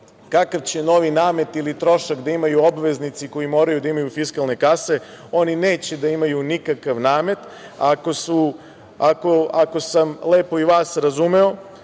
kakav će novi namet ili trošak da imaju obveznici koji moraju da imaju fiskalne kase. Oni neće da imaju nikakav namet, ako sam lepo i vas razumeo.